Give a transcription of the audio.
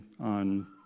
on